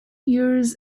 years